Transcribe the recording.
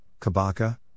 Kabaka